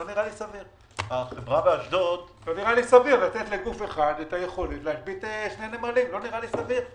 לא נראה לי סביר לתת לגוף אחד את היכולת להשבית שני נמלים.